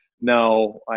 no